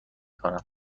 کنم